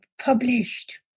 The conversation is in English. published